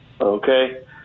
Okay